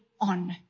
on